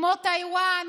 כמו טייוואן,